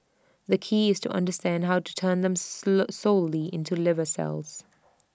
the key is to understand how to turn them slow solely into liver cells